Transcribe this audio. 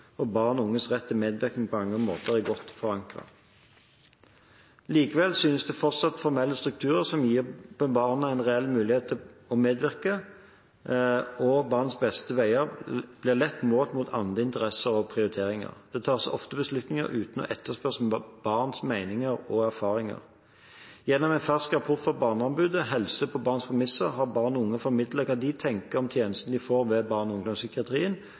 barn og unges rett til medvirkning på mange måter er godt forankret. Likevel savnes det fortsatt formelle strukturer som gir barn en reell mulighet til å medvirke, og barnets beste veier blir lett målt mot andre interesser og prioriteringer. Det tas ofte beslutninger uten å etterspørre barnas meninger og erfaringer. Gjennom en fersk rapport fra Barneombudet, Helse på barns premisser, har barn og unge formidlet hva de tenker om tjenestene de får ved barne- og